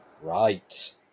Right